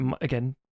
Again